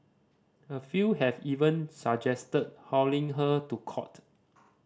a few have even suggested hauling her to court